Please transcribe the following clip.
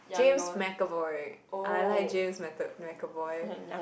James McAvoy I like James meto~ McAvoy